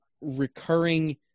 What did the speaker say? recurring